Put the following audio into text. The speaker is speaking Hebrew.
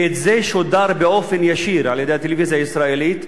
וזה שודר באופן ישיר על-ידי הטלוויזיה הישראלית,